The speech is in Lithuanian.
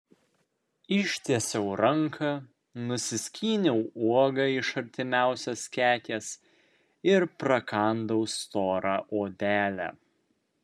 ištiesiau ranką nusiskyniau uogą iš artimiausios kekės ir prakandau storą odelę